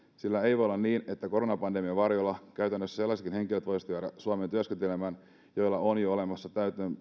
sillä ei voi olla niin että koronapandemian varjolla käytännössä sellaisetkin henkilöt voisivat jäädä suomeen työskentelemään joilla on jo olemassa